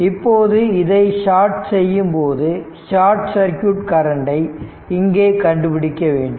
இப்போது இதை ஷார்ட் செய்யும் போது ஷார்ட் சர்க்யூட் கரண்டை இங்கே கண்டுபிடிக்க வேண்டும்